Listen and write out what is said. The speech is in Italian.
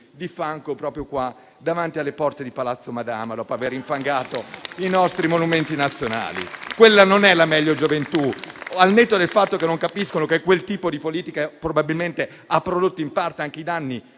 di fango proprio qui, davanti alle porte di Palazzo Madama, dopo aver già infangato i nostri monumenti nazionali. Quella non è la meglio gioventù. Al netto del fatto che non capiscono che quel tipo di politica ha probabilmente prodotto, in parte, anche i danni